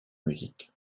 musique